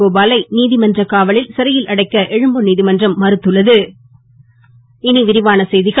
கோபாலை நீதிமன்ற காவலில் சிறையில் அடைக்க எழும்பூர் நீதிமன்றம் மறுத்துன்ன து